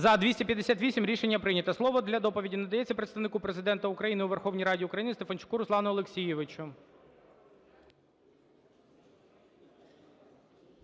За-258 Рішення прийнято. Слово для доповіді надається Представнику Президента України у Верховній Раді України Стефанчуку Руслану Олексійовичу.